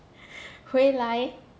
回来